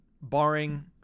barring